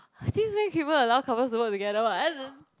since when allow couples to work together [one]